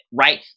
right